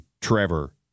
Trevor